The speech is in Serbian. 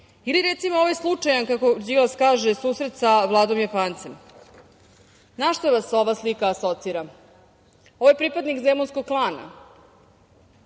recimo, ovaj slučaj kako Đilas kaže – susret sa Vladom Japancem. Na šta vas ova slika asocira? Ovo je pripadnik Zemunskog klana.